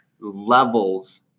levels